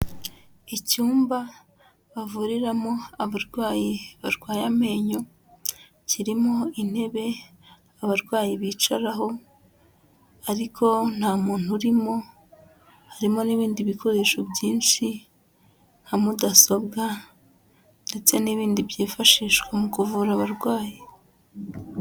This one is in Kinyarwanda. Icyumba bavuriramo abarwayi barwaye amenyo kirimo intebe abarwayi bicaraho ariko nta muntu urimo harimo n'ibindi bikoresho byinshi nka mudasobwa ndetse n'ibindi byifashishwa mu kuvura abarwayi.